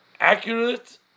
accurate